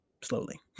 Slowly